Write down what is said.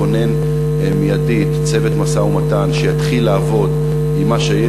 לכונן מיידית צוות משא-ומתן שיתחיל לעבוד עם מה שיש.